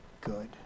good